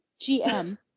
GM